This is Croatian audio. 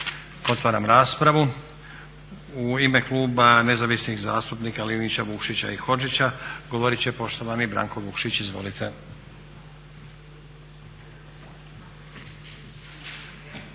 Otvaram raspravu. U ime Kluba nezavisnih zastupnika Linića, Vukšića i Hodžića govorit će poštovani Branko Vukšić. Izvolite.